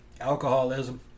alcoholism